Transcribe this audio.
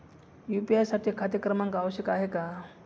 UPI साठी खाते क्रमांक आवश्यक आहे का?